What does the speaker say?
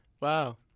Wow